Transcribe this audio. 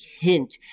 hint